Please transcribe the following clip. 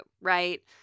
right